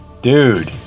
Dude